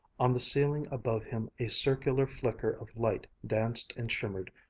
on the ceiling above him a circular flicker of light danced and shimmered,